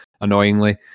annoyingly